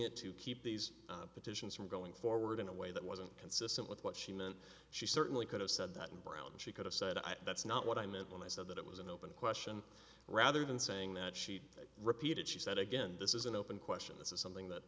it to keep these petitions from going forward in a way that wasn't consistent with what she meant she certainly could have said that in brown and she could've said that's not what i meant when i said that it was an open question rather than saying that she repeated she said again this is an open question this is something that